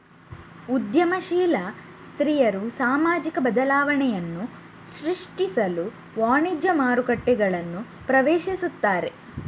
ಉದ್ಯಮಶೀಲ ಸ್ತ್ರೀಯರು ಸಾಮಾಜಿಕ ಬದಲಾವಣೆಯನ್ನು ಸೃಷ್ಟಿಸಲು ವಾಣಿಜ್ಯ ಮಾರುಕಟ್ಟೆಗಳನ್ನು ಪ್ರವೇಶಿಸುತ್ತಾರೆ